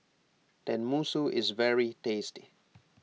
Tenmusu is very tasty